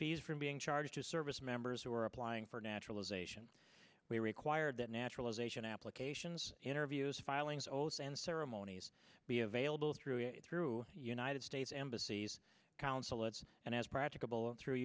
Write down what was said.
fees from being charged to service members who are applying for naturalization we required that naturalization applications interviews filing souls and ceremonies be available through through united states embassies consulates and as practicable through